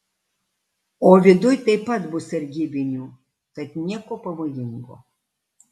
o viduj taip pat bus sargybinių tad nieko pavojingo